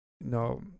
no